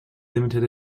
limited